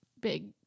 big